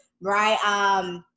right